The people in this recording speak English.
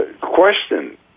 question